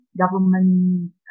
government